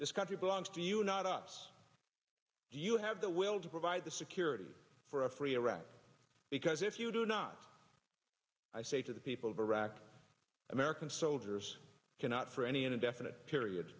this country belongs to you not us you have the will to provide the security for a free iraq because if you do not i say to the people of iraq american soldiers cannot for any an indefinite period